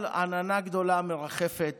אבל עננה גדולה מרחפת